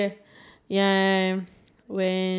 who who is who is the guy